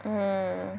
mm